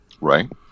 Right